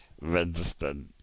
registered